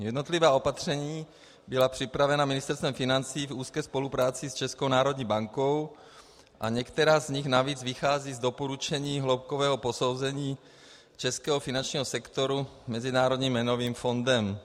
Jednotlivá opatření byla připravena Ministerstvem financí v úzké spolupráci s Českou národní bankou a některá z nich navíc vycházejí z doporučení hloubkového posouzení českého finančního sektoru Mezinárodním měnovým fondem.